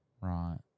Right